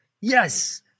Yes